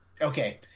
Okay